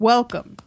Welcome